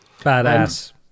Badass